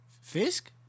Fisk